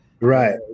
right